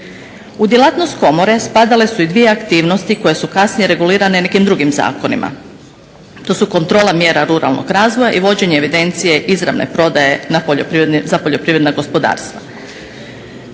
U djelatnost komore spadale su i dvije aktivnosti koje su kasnije regulirane nekim drugim zakonima. To su kontrola mjera ruralnog razvoja i vođenje evidencije izravne prodaje za poljoprivredna gospodarstva.